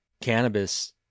cannabis